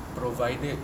provided